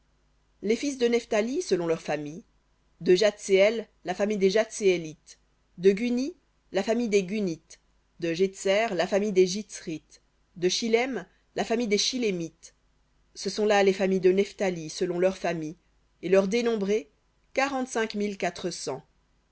les fils de nephthali selon leurs familles de jahtseël la famille des jahtseélites de guni la famille des gunites de jétser la famille des jitsrites de shillem la famille des shillémites ce sont là les familles de nephthali selon leurs familles et leurs dénombrés quarante-cinq